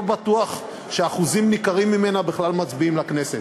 לא בטוח שאחוזים ניכרים ממנה בכלל מצביעים לכנסת.